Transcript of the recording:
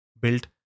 built